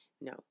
No